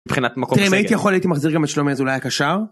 מבחינת מקום... תראה אם הייתי יכול הייתי מחזיר גם את שלומי אזולאי הקשר.